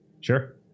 sure